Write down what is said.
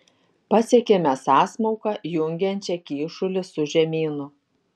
pasiekėme sąsmauką jungiančią kyšulį su žemynu